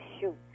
shoot